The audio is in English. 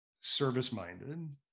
service-minded